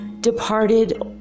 departed